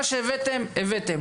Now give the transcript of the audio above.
מה שהבאתם הבאתם,